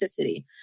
toxicity